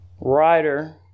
writer